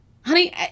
Honey